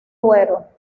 duero